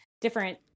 different